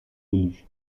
élu